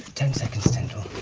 ten seconds, tindall.